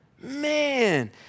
Man